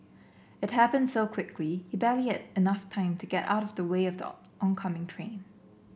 it happened so quickly he barely had enough time to get out of the way of the oncoming train